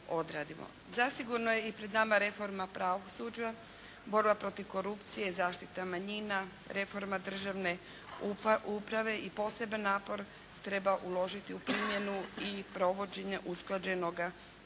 Zasigurno je i pred nama reforma pravosuđa, borba protiv korupcije i zaštita manjina, reforma državne uprave i poseban napor treba uložiti u primjenu i provođenje usklađenoga zakonodavstva.